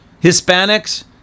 Hispanics